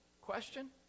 question